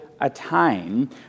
attain